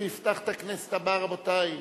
הוא יפתח את הכנסת הבאה, רבותי.